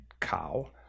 cow